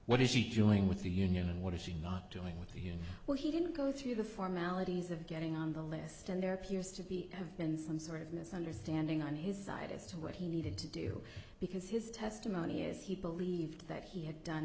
what is he joining with the union and what is he not doing with well he didn't go through the formalities of getting on the list and there appears to be have been some sort of misunderstanding on his side as to what he needed to do because his testimony is he believed that he had done